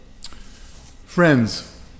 Friends